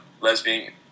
lesbian